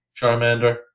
Charmander